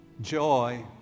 joy